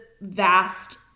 vast